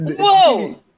Whoa